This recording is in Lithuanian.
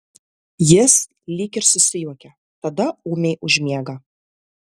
jis lyg ir susijuokia tada ūmiai užmiega